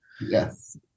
yes